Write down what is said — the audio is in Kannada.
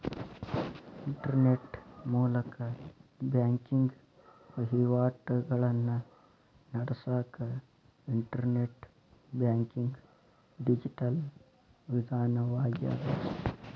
ಇಂಟರ್ನೆಟ್ ಮೂಲಕ ಬ್ಯಾಂಕಿಂಗ್ ವಹಿವಾಟಿಗಳನ್ನ ನಡಸಕ ಇಂಟರ್ನೆಟ್ ಬ್ಯಾಂಕಿಂಗ್ ಡಿಜಿಟಲ್ ವಿಧಾನವಾಗ್ಯದ